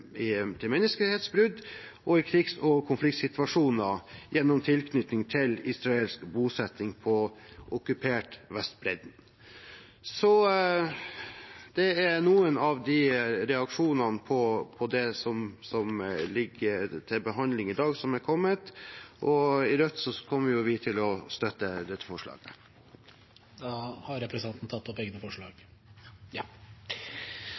krigs- og konfliktsituasjoner gjennom tilknytning til israelsk bosetting på okkuperte Vestbredden. Det er noen av reaksjonene som er kommet på det som ligger til behandling i dag. Rødt kommer til å støtte dette forslaget. Representanten Geir Jørgensen har tatt opp